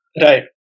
Right